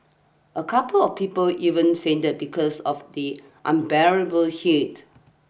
a couple of people even fainted because of the unbearable heat